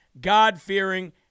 God-fearing